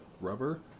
rubber